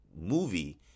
movie